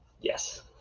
Yes